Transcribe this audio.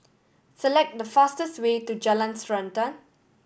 select the fastest way to Jalan Srantan